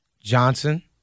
Johnson –